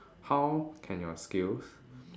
how can your skills